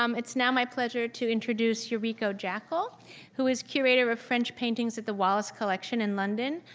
um it's now my pleasure to introduce yuriko jackall who is curator of french paintings at the wallace collection in london,